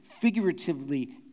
Figuratively